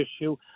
issue